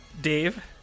dave